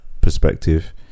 Perspective